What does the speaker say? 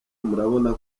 murabona